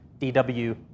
DW